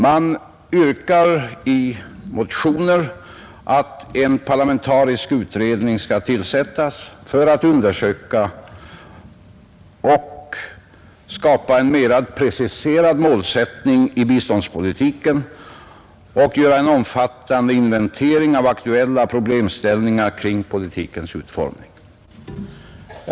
Man yrkar i motioner att en parlamentarisk utredning skall tillsättas för att undersöka möjligheterna att skapa en mer preciserad målsättning för biståndspolitiken och för att göra en omfattande inventering av aktuella problem kring politikens utformning.